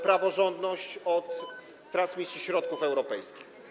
praworządność od transmisji środków europejskich?